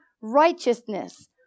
righteousness